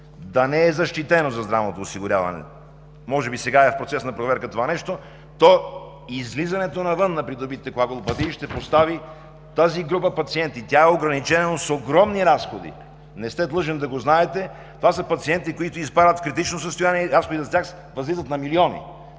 да не е защитено в Закона за здравното осигуряване, може би това нещо сега е в процес на проверка, то излизането навън на придобитите коагулопатии ще постави тази група пациенти. Тя е ограничена с огромни разходи. Не сте длъжен да го знаете, но това са пациенти, които изпадат в критично състояние и разходите за тях възлизат на милиони.